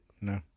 No